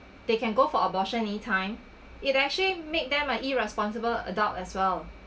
they can go for abortion any time it actually make them a irresponsible adult as well